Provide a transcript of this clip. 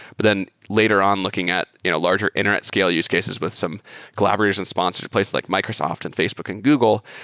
but then later on looking at you know larger internet scale use cases with some collaborators and sponsors, places like microsoft, and facebook, and google.